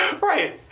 Right